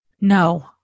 no